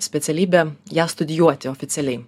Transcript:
specialybę ją studijuoti oficialiai